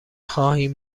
خواهیم